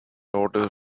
order